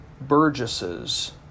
Burgesses